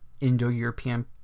Indo-European